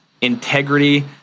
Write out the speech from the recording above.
integrity